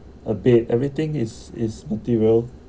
a bed everything is is material